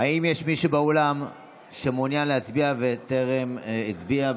האם יש מישהו באולם שמעוניין להצביע וטרם הצביע?